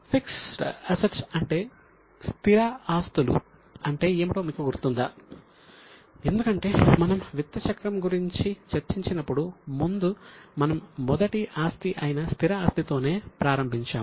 fix డ్ assets గురించి చర్చించినప్పుడు ముందు మనం మొదటి ఆస్తి అయిన స్థిర ఆస్తి తోనే ప్రారంభించాము